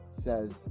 says